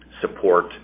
support